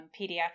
pediatric